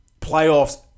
playoffs